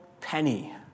penny